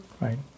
Right